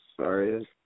sorry